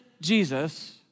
Jesus